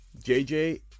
JJ